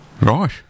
Right